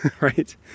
Right